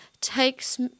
takes